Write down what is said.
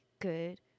good